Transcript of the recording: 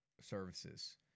services